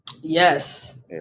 Yes